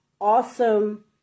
awesome